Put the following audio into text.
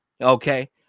Okay